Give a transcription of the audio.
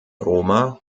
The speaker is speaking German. roma